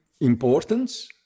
importance